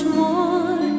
more